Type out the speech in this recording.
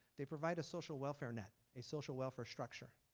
they provide a social welfare net. a social welfare structure.